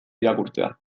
irakurtzea